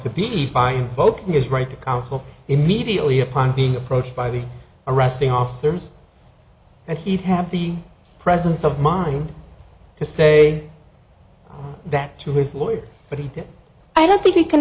to be fine focus right to counsel immediately upon being approached by the arresting officers and he'd have the presence of mind to say that to his lawyer but he did i don't think we can